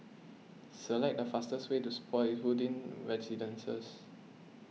select the fastest way to Spottiswoode Residences